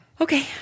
Okay